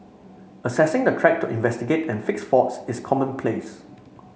accessing the track to investigate and fix faults is commonplace